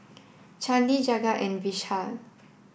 Chandi Jagat and Vishal